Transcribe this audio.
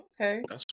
Okay